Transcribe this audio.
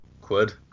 Quid